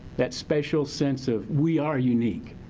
that special sense of we are unique.